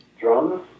drums